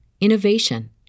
innovation